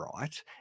right